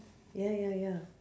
ya ya ya